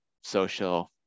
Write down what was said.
social